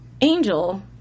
angel